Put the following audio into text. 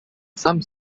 some